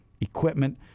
equipment